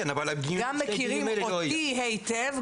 גם מכירים אותי היטב,